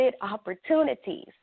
Opportunities